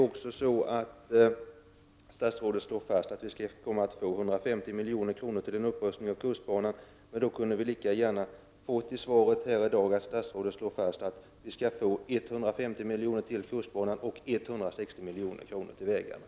Statsrådet slår fast att det skall komma 150 milj.kr. till upprustning av kustbanan. Men då kunde väl statsrådet här i dag lika gärna säga att vi skall få 150 milj.kr. till kustbanan och 160 milj.kr. till vägarna?